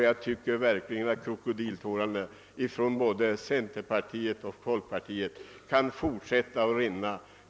Jag tycker verkligen att krokodiltårarna från centerpartiet och folkpartiet kan fortsätta att rinna.